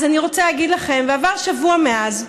עבר שבוע מאז,